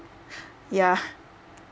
yeah